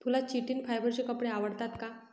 तुला चिटिन फायबरचे कपडे आवडतात का?